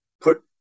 put